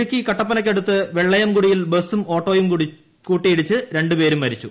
ഇടുക്കി കട്ടപ്പനയ്ക്കടുത്ത് വെള്ളയംകുടിയിൽ ബസും ഓട്ടോയും കൂട്ടിയിടിച്ച് രണ്ടു പേരും മരിച്ചു